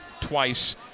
twice